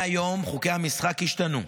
מהיום חוקי המשחק השתנו.